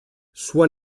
sua